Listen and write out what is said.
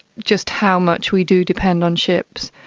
just how much we do depend on ships.